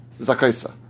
zakaisa